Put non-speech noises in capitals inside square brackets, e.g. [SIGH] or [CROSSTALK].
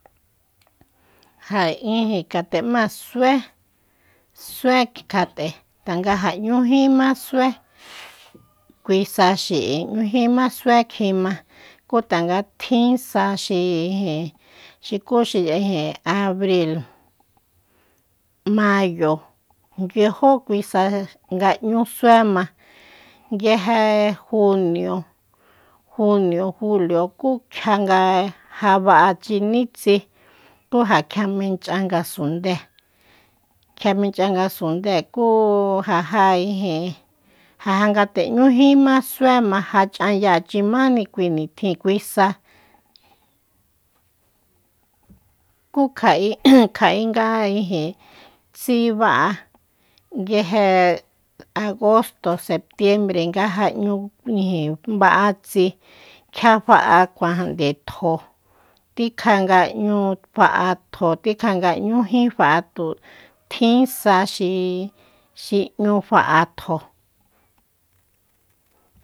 Ja ijin kjat’ema sué sué kjat’e tanga ja ‘ñujimá sué kui sa xi’i ‘nújima sue kjima kú tanga tjin sa xiijin ukú xi ijin abril mayo nguiajo kui sa nga ‘ñu sue ma nguieje junio- junio julio kú kjia nga ja ba’achini tsi kú ja kjia mench’an ngasunde kjia mench’an ngasunde kú ja je ijin ja je nguete ‘ñujínma suéma je ch’anyachimani kui nitjin kui sa kú kja’i [NOISE] kja’i nga ijin tsi ba’a nguieje agosto septiembre nga je ‘ñu ijin ba’a tsi kjia fa’a kuajande tjo tikja nga ‘ñu fa’a tjo tikja nga ‘ñují tu tjin sa xi- xi ‘ñu fa’a tjo.